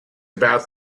about